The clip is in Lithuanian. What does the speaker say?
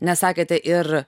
nes sakėte ir